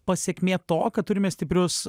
pasekmė to kad turime stiprius